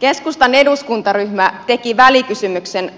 keskustan eduskuntaryhmä teki välikysymyksen